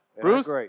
Bruce